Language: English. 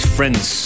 Friends